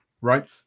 right